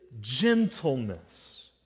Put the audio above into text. gentleness